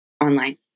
online